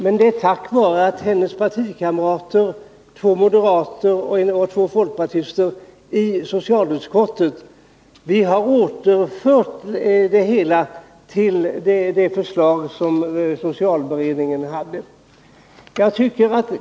Det är tack vare att vi har fått dels hennes partikamrater, dels två moderater och två folkpartister med oss i socialutskottet som utskottet har kunnat återföra det hela till det förslag som socialberedningen förde fram.